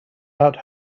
out